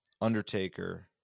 Undertaker